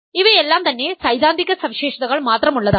ഇവയെല്ലാം തന്നെ സൈദ്ധാന്തിക സവിശേഷതകൾ മാത്രമുള്ളതാണ്